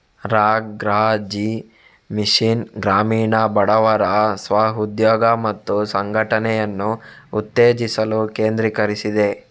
ರಾ.ಗ್ರಾ.ಜೀ mission ಗ್ರಾಮೀಣ ಬಡವರ ಸ್ವ ಉದ್ಯೋಗ ಮತ್ತು ಸಂಘಟನೆಯನ್ನು ಉತ್ತೇಜಿಸಲು ಕೇಂದ್ರೀಕರಿಸಿದೆ